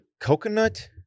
Coconut